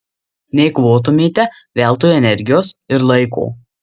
neeikvotumėte veltui energijos ir laiko